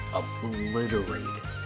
obliterated